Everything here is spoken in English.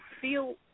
feel